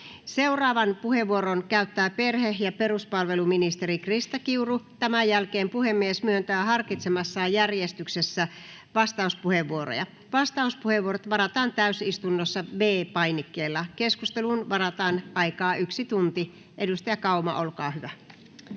Seuraavan puheenvuoron käyttää perhe‑ ja peruspalveluministeri Krista Kiuru. Tämän jälkeen puhemies myöntää harkitsemassaan järjestyksessä vastauspuheenvuoroja. Vastauspuheenvuorot varataan täysistunnossa V-painikkeella. Keskusteluun varataan aikaa 1 tunti. — Edustaja Kauma, olkaa hyvä.